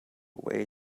way